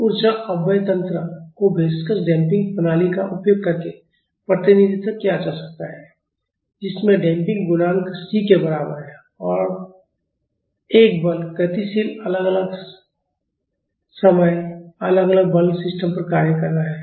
ऊर्जा अपव्यय तंत्र को विस्कस डैम्पिंग प्रणाली का उपयोग करके प्रतिनिधित्व किया जा सकता है जिसमें डैम्पिंग गुणांक c के बराबर होता है और एक बल गतिशील अलग अलग समय अलग अलग बल सिस्टम पर कार्य करता है